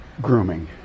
Grooming